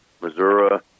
Missouri